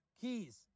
Keys